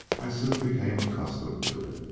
i soon became accustomed to it.